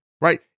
right